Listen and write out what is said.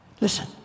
Listen